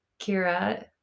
kira